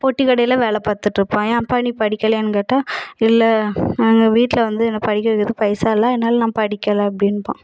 பொட்டி கடையில் வேலை பார்த்துட்டுருப்பான் ஏப்பா நீ படிக்கலையான்னு கேட்டால் இல்லை எங்கள் வீட்டில் வந்து என்னை படிக்க வைக்கிறதுக்கு பைசா இல்லை அதனால் நான் படிக்கலை அப்படின்பான்